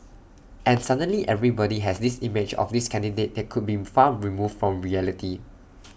and suddenly everybody has this image of this candidate that could been farm removed from reality